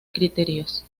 criterios